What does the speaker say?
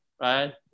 Right